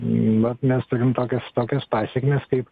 na mes turim tokias tokias pasekmes kaip